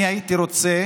אני הייתי רוצה